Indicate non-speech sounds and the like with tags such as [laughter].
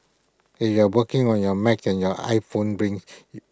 if you are working on your Mac and your iPhone rings [noise]